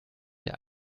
der